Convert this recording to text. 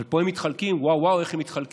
אבל פה הן מתחלקות, וואו וואו איך הן מתחלקות,